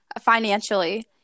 financially